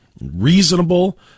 reasonable